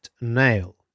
Nail